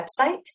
website